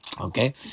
Okay